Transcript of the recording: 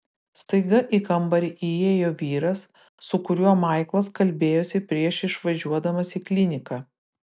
staiga į kambarį įėjo vyras su kuriuo maiklas kalbėjosi prieš išvažiuodamas į kliniką